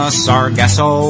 sargasso